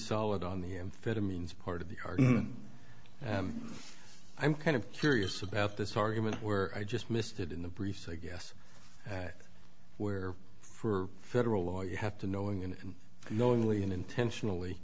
solid on the amphetamines part of the i'm kind of curious about this argument where i just missed it in the briefs i guess where for federal law you have to knowing and knowingly and intentionally